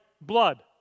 blood